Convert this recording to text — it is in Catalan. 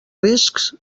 riscs